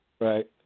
Right